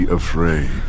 afraid